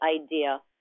idea